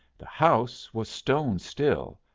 the house was stone still,